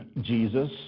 Jesus